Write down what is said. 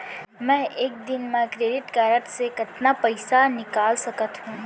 मैं एक दिन म क्रेडिट कारड से कतना पइसा निकाल सकत हो?